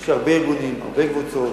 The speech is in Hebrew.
יש הרבה ארגונים, הרבה קבוצות,